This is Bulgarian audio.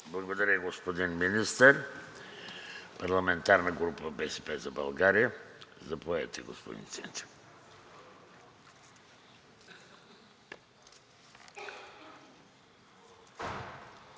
Благодаря, господин Министър. Парламентарната група на „БСП за България“. Заповядайте, господин Ченчев.